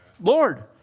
Lord